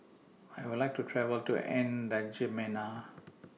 I Would like to travel to N'Djamena